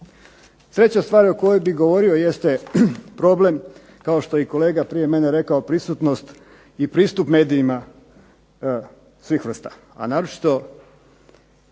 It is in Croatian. Treća stvar o kojoj bi govorio jeste problem, kao što je i kolega prije mene rekao, prisutnost i pristup medijima svih vrsta,